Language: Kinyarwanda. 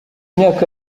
imyaka